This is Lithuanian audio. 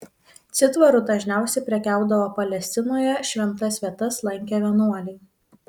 citvaru dažniausiai prekiaudavo palestinoje šventas vietas lankę vienuoliai